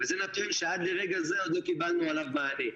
זה נתון שעד לרגע זה עוד לא קיבלנו עליו מענה.